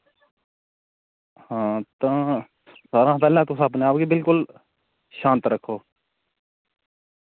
हां तां सारें हा पैह्ले तुस अपने आप गी बिल्कुल शांत रक्खो